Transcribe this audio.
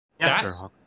Yes